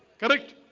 correct?